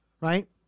Right